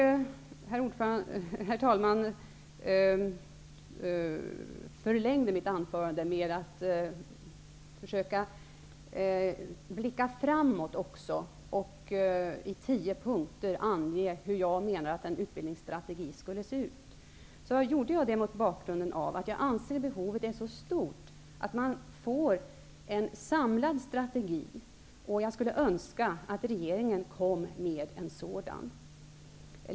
När jag förlängde mitt anförande genom att också försöka blicka framåt och i tio punkter ange hur jag menar att en utbildningsstrategi skulle se ut, gjorde jag det mot bakgrunden av att jag anser att behovet är så stort av att vi får en samlad strategi. Jag skulle önska att regeringen kom med en sådan.